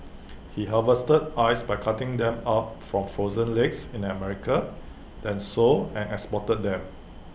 he harvested ice by cutting them up from frozen lakes in America then sold and exported them